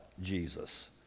Jesus